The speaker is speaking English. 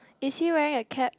is he wearing a cap